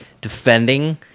defending